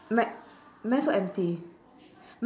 mi~ mine also empty